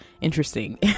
interesting